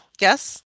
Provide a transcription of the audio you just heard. Yes